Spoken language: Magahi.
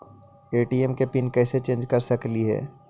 ए.टी.एम के पिन कैसे चेंज कर सकली ही?